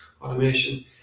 automation